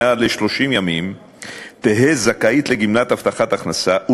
מעל 30 ימים תהא זכאית לגמלת הבטחת הכנסה,